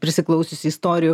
prisiklausiusi istorijų